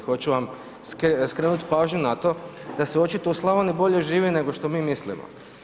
Hoću vam skrenuti pažnju na to da se očito u Slavoniji bolje živi nego što mi mislimo.